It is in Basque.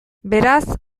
beraz